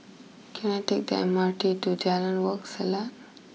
can I take the M R T to Jalan Wak Selat